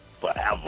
forever